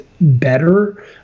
better